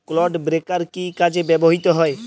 Clod breaker কি কাজে ব্যবহৃত হয়?